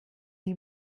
die